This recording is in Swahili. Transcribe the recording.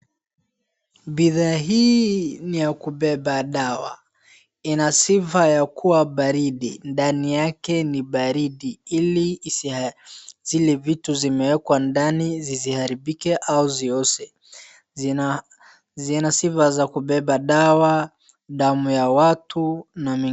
Bidhaa hii ni ya kubeba dawa ina sifa ya kuwa baridi, ndani yake ni baridi ili zile vitu zimeekwa ndani zisiaribike au zioze, ina sifa ya kubeba dawa, damu ya watu na mengineyo.